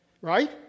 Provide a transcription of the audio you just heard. Right